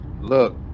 look